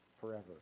forever